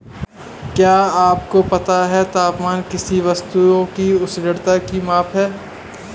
क्या आपको पता है तापमान किसी वस्तु की उष्णता की माप है?